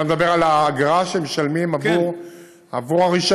אתה מדבר על האגרה שמשלמים עבור הרישיון.